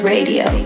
Radio